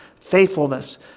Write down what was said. faithfulness